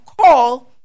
call